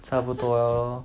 差不多 lor